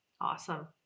awesome